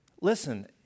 Listen